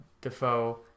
defoe